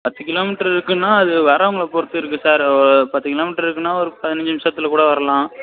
பத்து kilometre இருக்குதுன்னா அது வர்றவங்கள பொறுத்து இருக்குது சார் பத்து கிலோ மீட்ரு இருக்குதுன்னா ஒரு பதினஞ்சு நிமிசத்தில் கூட வரலாம்